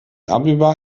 abeba